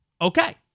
Okay